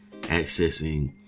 accessing